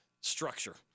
structure